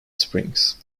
springs